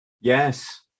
Yes